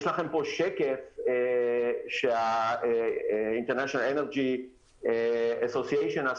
בשקף שאני מציג כאן של ה-International Energy Association,